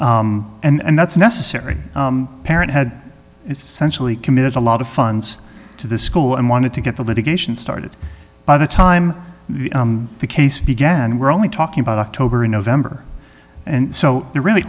july and that's necessary parent had essentially committed a lot of funds to the school and wanted to get the litigation started by the time the case began and we're only talking about october november and so there really